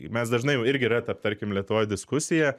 mes dažnai jau irgi yra ta tarkim lietuvoj diskusija